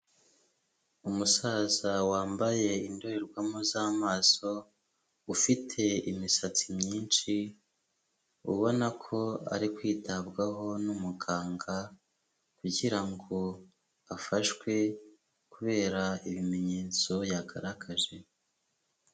Umusaza wambaye indorerwamo z'amaso, ufite imisatsi myinshi, ubona ko ari kwitabwaho n'umuganga kugira afashwe, kubera ibimenyetso yagaragaje.